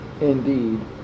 indeed